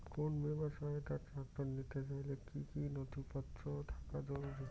কোন বিমার সহায়তায় ট্রাক্টর নিতে চাইলে কী কী নথিপত্র থাকা জরুরি?